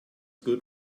good